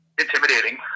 intimidating